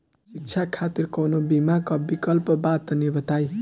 शिक्षा खातिर कौनो बीमा क विक्लप बा तनि बताई?